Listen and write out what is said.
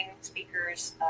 speakers